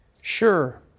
Sure